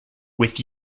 with